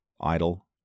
idle